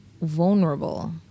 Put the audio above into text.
vulnerable